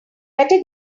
better